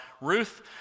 Ruth